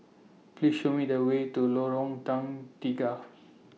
Please Show Me The Way to Lorong Tukang Tiga